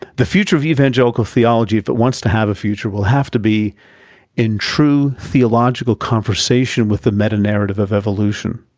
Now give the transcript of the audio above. the future of evangelical theology, if it wants to have a future, will have to be in true theological conversation with the meta-narrative of evolution,